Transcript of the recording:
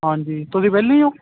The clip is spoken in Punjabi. ਹਾਂਜੀ ਤੁਸੀਂ ਵਿਹਲੇ ਹੀ ਹੋ